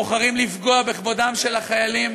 בוחרים לפגוע בכבודם של החיילים,